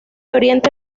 oriente